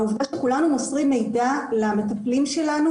העובדה שכולנו מוסרים מידע למטפלים שלנו